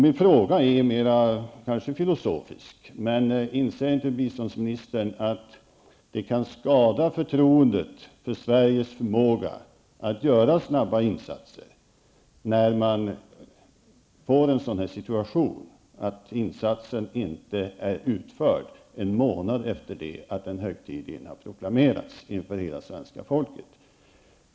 Min fråga är mer filosofisk: Inser inte biståndsministern att det kan skada förtroendet för Sveriges förmåga att göra snabba insatser, när insatsen inte är utförd en månad efter det att den högtidligen har proklamerats inför hela svenska folket?